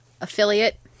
affiliate